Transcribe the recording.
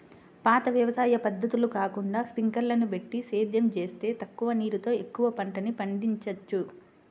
పాత వ్యవసాయ పద్ధతులు కాకుండా స్పింకర్లని బెట్టి సేద్యం జేత్తే తక్కువ నీరుతో ఎక్కువ పంటని పండిచ్చొచ్చు